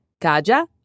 Kaja